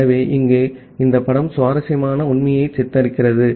ஆகவே இங்கே இந்த படம் சுவாரஸ்யமான உண்மையை சித்தரிக்கிறது